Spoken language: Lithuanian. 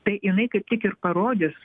tai jinai kaip tik ir parodys